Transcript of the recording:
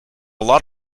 lot